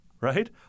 right